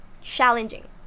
challenging